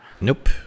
Nope